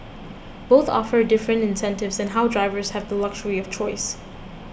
both offer different incentives and now drivers have the luxury of choice